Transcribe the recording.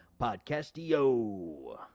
Podcastio